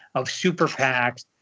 of super pacs,